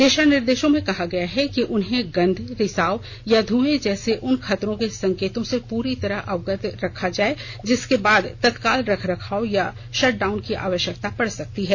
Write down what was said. दिशा निर्देशों में कहा गया है कि उन्हें गंध रिसाव या ध्रंए जैसे उन खतरे के संकेतों से पूरी तरह अवगत रखा जाए जिसके बाद तत्काल रख रखाव या शट डाउन की आवश्यकता पड़ सकती है